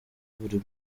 buri